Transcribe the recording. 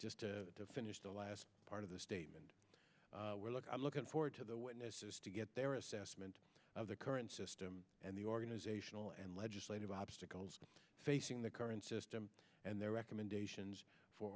just to finish the last part of the statement we look i'm looking forward to the witnesses to get their assessment of the current system and the organizational and legislative obstacles facing the current system and their recommendations for